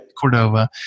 Cordova